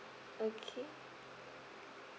okay